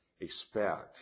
expect